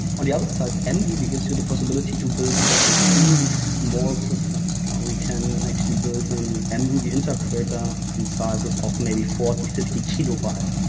on the other side, and mruby gives you the possibility to build extremely small systems. we can actually build an and mruby interpreter in sizes of maybe forty, fifty kilobytes.